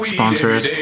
Sponsors